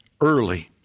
early